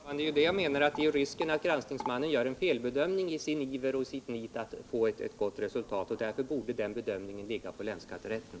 Herr talman! Det är det jag menar, att risken är att granskningsmannen gör en felbedömning i sin iver och i sitt nit att få ett gott resultat, och därför borde den bedömningen ligga på länsskatterätten.